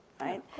right